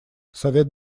совет